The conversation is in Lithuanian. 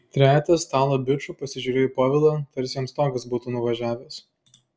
trejetas stalo bičų pasižiūrėjo į povilą tarsi jam stogas būtų nuvažiavęs